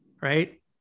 right